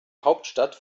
hauptstadt